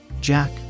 Jack